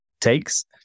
takes